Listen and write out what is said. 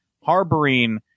harboring